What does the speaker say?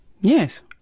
Yes